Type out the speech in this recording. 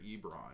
Ebron